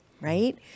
right